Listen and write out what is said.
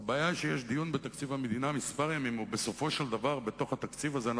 יש לי עוד המון זמן במשך הלילה לדבר על ההצלות הללו